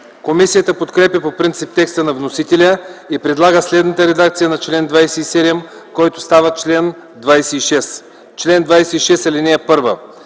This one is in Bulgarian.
Комисията подкрепя по принцип текста на вносителя и предлага следната редакция на чл. 27, който става чл. 26: „Чл. 26.